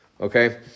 okay